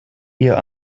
ihr